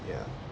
ya